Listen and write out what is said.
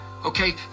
Okay